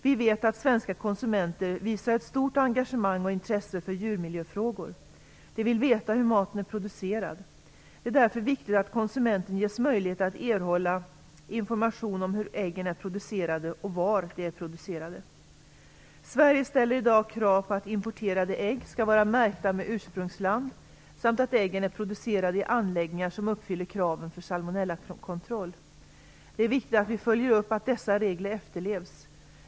Vi vet att svenska konsumenter visar ett stort engagemang och intresse för djurmiljöfrågor. De vill veta hur maten är producerad. Det är därför viktigt att konsumenten ges möjlighet att erhålla information om hur äggen är producerade och var de är producerade. Sverige ställer i dag krav på att importerade ägg skall vara märkta med ursprungsland samt att äggen är producerade i anläggningar som uppfyller kraven för salmonellakontroll. Det är viktigt att vi följer upp att dessa regler efterlevs.